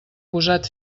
posat